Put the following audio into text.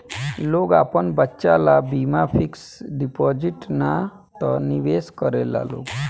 लोग आपन बचत ला बीमा फिक्स डिपाजिट ना त निवेश करेला लोग